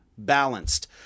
balanced